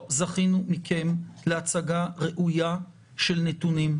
-- שלא זכינו מכם להצגה ראויה של נתונים.